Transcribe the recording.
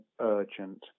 urgent